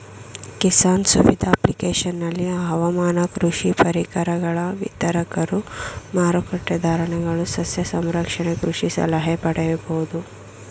ಕಿಸಾನ್ ಸುವಿಧ ಅಪ್ಲಿಕೇಶನಲ್ಲಿ ಹವಾಮಾನ ಕೃಷಿ ಪರಿಕರಗಳ ವಿತರಕರು ಮಾರಕಟ್ಟೆ ಧಾರಣೆಗಳು ಸಸ್ಯ ಸಂರಕ್ಷಣೆ ಕೃಷಿ ಸಲಹೆ ಪಡಿಬೋದು